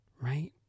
right